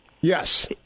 Yes